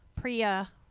Priya